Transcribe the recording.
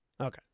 okay